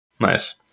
nice